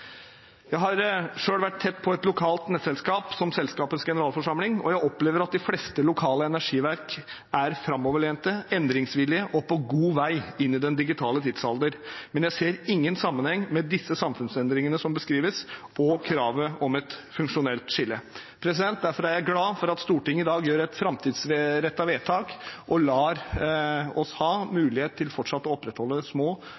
Jeg har selv vært tett på et lokalt nettselskap som selskapets generalforsamling, og jeg opplever at de fleste lokale energiverk er framoverlente, endringsvillige og på god vei inn i den digitale tidsalder. Jeg ser ingen sammenheng mellom de samfunnsendringene som beskrives, og kravet om et funksjonelt skille. Derfor er jeg glad for at Stortinget i dag gjør et framtidsrettet vedtak og lar oss ha mulighet til fortsatt å opprettholde små,